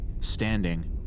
Standing